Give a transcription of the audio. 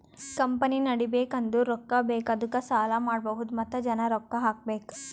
company ನಡಿಬೇಕ್ ಅಂದುರ್ ರೊಕ್ಕಾ ಬೇಕ್ ಅದ್ದುಕ ಸಾಲ ಮಾಡ್ಬಹುದ್ ಮತ್ತ ಜನ ರೊಕ್ಕಾ ಹಾಕಬೇಕ್